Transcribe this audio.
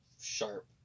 sharp